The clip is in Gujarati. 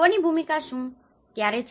કોની ભૂમિકા શું અને ક્યારે છે